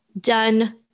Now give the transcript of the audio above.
done